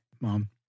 Mom